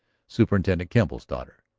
superintendent kemble's daughter.